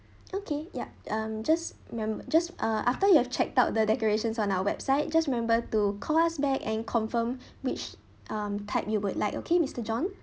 okay yup um just remem~ just uh after you've checked out the decorations on our website just remember to call us back and confirm which um type you would like okay mister john